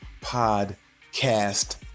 podcast